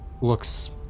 looks